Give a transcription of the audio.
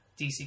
DC